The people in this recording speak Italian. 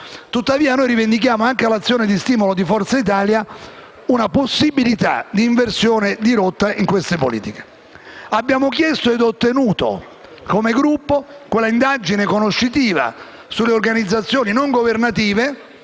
Tuttavia, rivendichiamo l'azione di stimolo di Forza Italia per la possibilità di inversione di rotta di queste politiche. Come Gruppo abbiamo chiesto e ottenuto l'avvio dell'indagine conoscitiva sulle organizzazioni non governative,